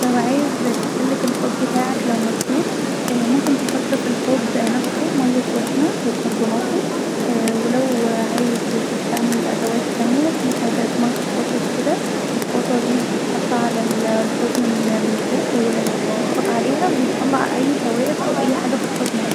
لو عاوز تسلك الخوص بتاعك لو مسدود ممكن تحط في الحوض نفسه مايه سخنه بكربوناته ولو عاوز تستعمل ادوات تانيه في حاجه اسمها شفاطة كدا الشفاطه دي بتتحط علي الحوض من فوق وتتضغط عليها بتطلع اي شوائب أو اي حاجه في الحوض نفسه